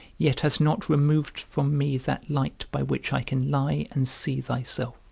yet hast not removed from me that light by which i can lie and see thyself